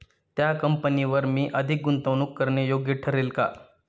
त्या कंपनीवर मी अधिक गुंतवणूक करणे योग्य ठरेल का?